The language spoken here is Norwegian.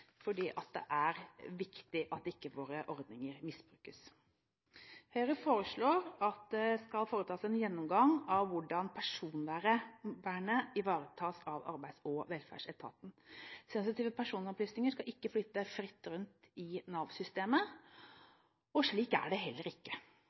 fordi det er viktig at våre ordninger ikke misbrukes. Høyre foreslår at det skal foretas en gjennomgang av hvordan personvernet ivaretas av Arbeids- og velferdsetaten. Sensitive personopplysninger skal ikke flyte fritt rundt i